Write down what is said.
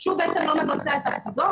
שהוא בעצם לא מבצע את תפקידו,